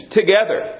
together